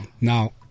Now